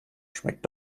schmeckt